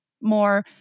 more